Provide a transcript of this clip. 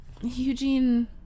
Eugene